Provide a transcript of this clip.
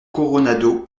coronado